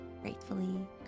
Gratefully